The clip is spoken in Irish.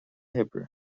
hoibre